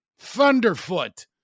Thunderfoot